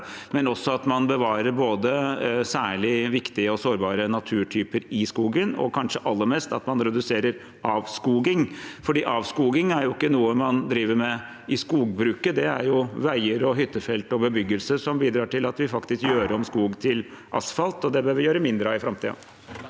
men også at man både bevarer særlig viktige og sårbare naturtyper i skogen og kanskje aller mest reduserer avskoging. Avskoging er ikke noe man driver med i skogbruket, det er jo veier, hyttefelt og bebyggelse som bidrar til at vi gjør om skog til asfalt, og det bør vi gjøre mindre av i framtiden.